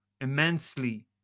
immensely